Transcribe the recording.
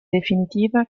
definitiva